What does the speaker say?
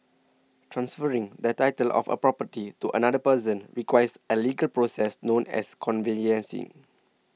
transferring the title of a property to another person requires a legal process known as conveyancing